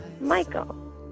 Michael